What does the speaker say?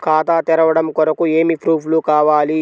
ఖాతా తెరవడం కొరకు ఏమి ప్రూఫ్లు కావాలి?